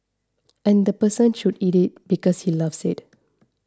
and the person should eat it because he loves it